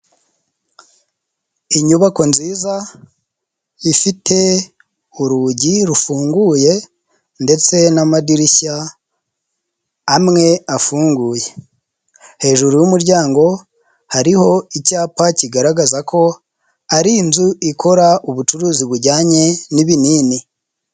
Inyubako nziza ifite urugi rufunguye ndetse n'amadirishya amwe afunguye, hejuru y'umuryango hariho icyapa kigaragaza ko ari inzu ikora ubucuruzi bujyanye n'ibinini.